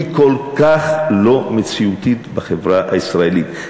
היא כל כך לא מציאותית בחברה הישראלית.